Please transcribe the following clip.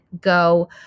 go